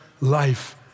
life